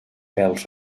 pèls